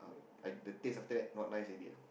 I the taste after that not nice already